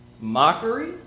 mockery